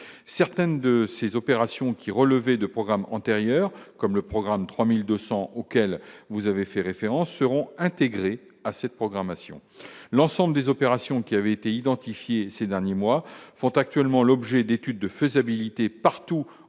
certaines de ces opérations, qui relevaient de programmes antérieurs comme le programme 3200 auquel vous avez fait référence seront intégrés à cette programmation l'ensemble des opérations qui avaient été identifiés ces derniers mois, font actuellement l'objet d'études de faisabilité, partout où